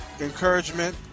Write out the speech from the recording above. encouragement